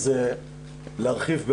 להרחיב,